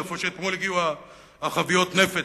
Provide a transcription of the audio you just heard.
איפה שאתמול הגיעו חביות הנפץ.